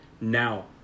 Now